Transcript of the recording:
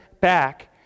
back